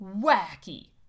wacky